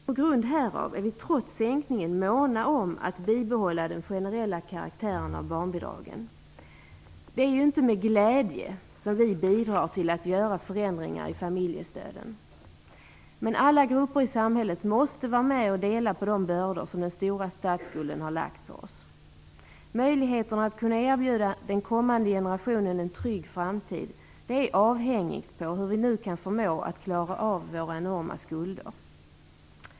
På grund härav är vi trots sänkningen måna om att bibehålla den generella karaktären av barnbidraget. Det är inte med glädje som vi bidrar till att göra förändringar i familjestöden. Men alla grupper i samhället måste vara med och dela på de bördor som den stora statsskulden har lagt på oss. Möjligheterna att kunna erbjuda den kommande generationen en trygg framtid är avhängigt av hur vi nu kan förmå att klara av våra enorma skulder.